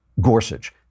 Gorsuch